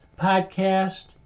podcast